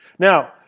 now,